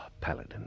Paladin